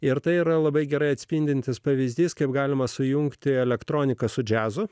ir tai yra labai gerai atspindintis pavyzdys kaip galima sujungti elektroniką su džiazo